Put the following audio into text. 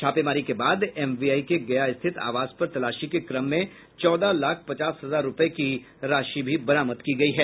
छापेमारी के बाद एमवीआई के गया स्थित आवास पर तलाशी के क्रम में चौदह लाख पचास हजार रूपये की राशि भी बरामद की गयी है